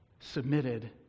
submitted